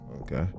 okay